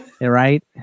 Right